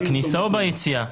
בכניסה או ביציאה?